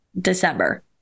December